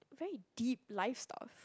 very deep life stuff